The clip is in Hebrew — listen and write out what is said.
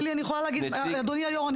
אדוני היו"ר,